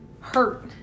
hurt